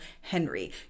henry